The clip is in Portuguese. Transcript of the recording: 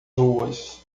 ruas